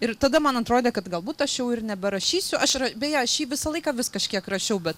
ir tada man atrodė kad galbūt aš jau ir neberašysiu aš ra beje aš jį visą laiką vis kažkiek rašiau bet